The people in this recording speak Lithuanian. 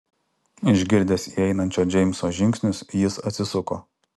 išgirdęs įeinančio džeimso žingsnius jis atsisuko